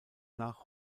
nach